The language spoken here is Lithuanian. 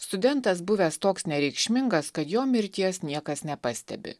studentas buvęs toks nereikšmingas kad jo mirties niekas nepastebi